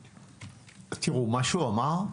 מה שהוא אמר,